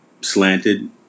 slanted